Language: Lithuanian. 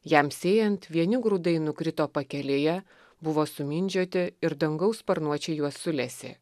jam sėjant vieni grūdai nukrito pakelėje buvo sumindžioti ir dangaus sparnuočiai juos sulesė